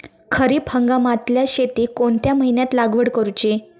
खरीप हंगामातल्या शेतीक कोणत्या महिन्यात लागवड करूची?